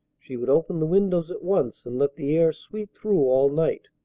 she would open the windows at once, and let the air sweep through all night.